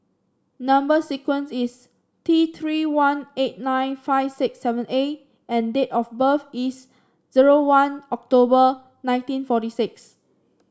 number sequence is T Three one eight nine five six seven A and date of birth is zero one October nineteen forty six